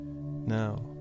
now